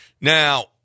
Now